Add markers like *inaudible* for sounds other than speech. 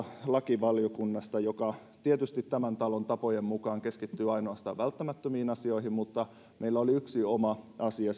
lakivaliokunnasta joka tietysti tämän talon tapojen mukaan keskittyy ainoastaan välttämättömiin asioihin mutta meillä oli siellä yksi oma asia *unintelligible*